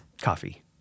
coffee